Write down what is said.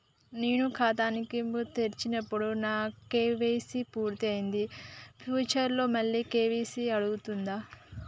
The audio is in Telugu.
నేను ఖాతాను తెరిచినప్పుడు నా కే.వై.సీ పూర్తి అయ్యింది ఫ్యూచర్ లో మళ్ళీ కే.వై.సీ అడుగుతదా?